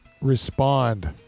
respond